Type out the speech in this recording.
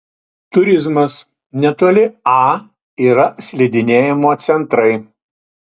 turizmas netoli a yra slidinėjimo centrai